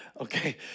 Okay